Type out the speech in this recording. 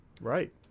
Right